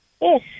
Yes